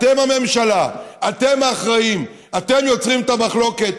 אתם הממשלה, אתם האחראים, אתם יוצרים את המחלוקת.